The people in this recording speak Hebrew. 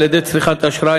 על-ידי צריכת אשראי,